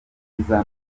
mwiza